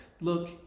look